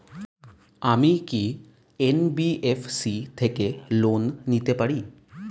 আমি কি এন.বি.এফ.সি থেকে লোন নিতে পারি?